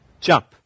Jump